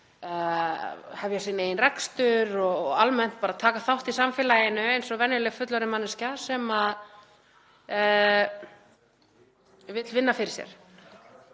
hefja sinn eigin rekstur og almennt taka þátt í samfélaginu eins og venjuleg fullorðin manneskja sem vill vinna fyrir sér